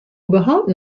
überhaupt